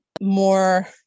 more